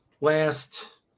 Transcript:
last